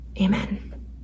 amen